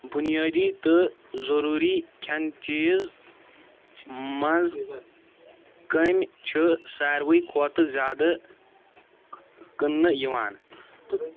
بُنیٲدی تہٕ ضٔروٗری کھٮ۪نہٕ چیٖز مَنٛز کٔمۍ چھِ ساروی کھۄتہٕ زیادٕ کٕنٛنہٕ یِوان